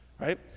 Right